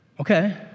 Okay